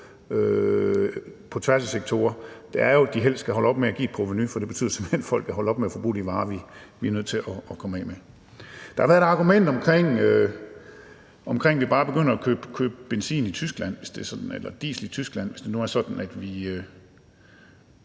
på tværs af sektorer, nemlig at de jo helst skal holde op med at give et provenu, for det betyder simpelt hen, at folk holder op med at forbruge de varer, som vi er nødt til at komme af med. Der har været et argument omkring, at man bare kommer til at begynde at købe benzin og diesel i Tyskland, hvis det nu er sådan, at vi